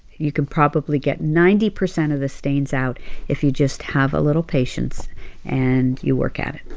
you can probably get ninety percent of the stains out if you just have a little patience and you work at it.